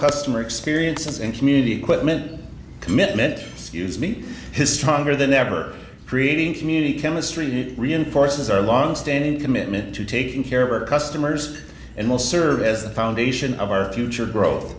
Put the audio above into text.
customer experience and community equipment commitment is me his stronger than ever creating community chemistry and it reinforces our longstanding commitment to taking care of customers and will serve as the foundation of our future growth